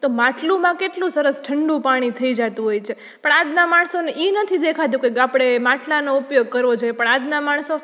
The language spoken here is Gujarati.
તો માટલુમાં કેટલું સરસ ઠંડુ પાણી થઈ જતું હોય છે પણ આજના માણસોને ઈ નથી દેખાતું કે આપણે માટલાનો ઉપયોગ કરવો જોએ પણ આજના માણસો